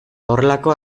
horrelako